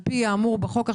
על פי האמור בחוק,